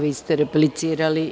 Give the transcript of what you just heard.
Vi ste replicirali.